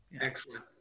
Excellent